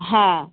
হ্যাঁ